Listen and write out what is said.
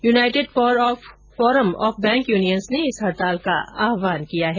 United forum of bank unions ने इस हडताल का आह्वान किया है